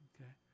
Okay